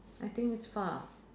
I think it's far